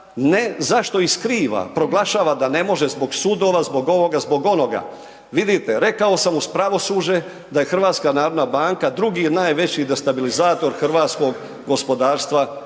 ne zašto ih skriva, proglašava da ne može zbog sudova, zbog ovoga, zbog onoga. Vidite rekao sam uz pravosuđe da je je HNB drugi najveći destabilizator hrvatskog gospodarstva i društva.